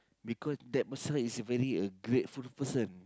because that person is very a grateful person